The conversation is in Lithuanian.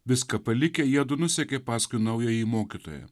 viską palikę jiedu nusekė paskui naująjį mokytoją